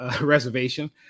Reservation